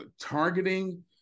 targeting